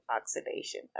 oxidation